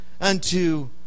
unto